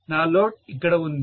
నా లోడ్ ఇక్కడ ఉంది